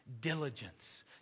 diligence